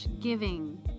giving